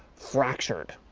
fractured.